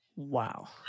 wow